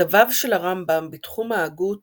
מכתביו של הרמב"ם בתחום ההגות